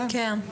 כן.